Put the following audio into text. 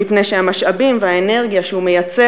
מפני שהמשאבים והאנרגיה שהוא מייצר